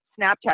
Snapchat